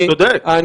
צודק?